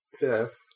Yes